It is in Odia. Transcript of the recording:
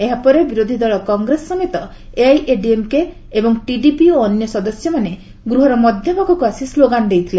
ଏହାପରେ ବିରୋଧି ଦଳ କଂଗ୍ରେସ ସମେତ ଏଆଇଏଡିଏମ୍କେ ଏବଂ ଟିଡିପି ଓ ଅନ୍ୟ ସଦସ୍ୟମାନେ ଗୃହର ମଧ୍ୟଭାଗକୁ ଆସି ସ୍କୋଗାନ ଦେଇଥିଲେ